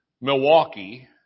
Milwaukee